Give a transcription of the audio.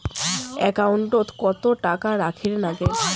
একাউন্টত কত টাকা রাখীর নাগে?